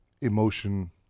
emotion